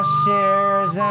shares